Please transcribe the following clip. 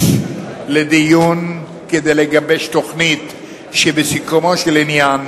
בסיס לדיון כדי לגבש תוכנית שבסיכומו של עניין